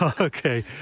okay